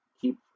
keep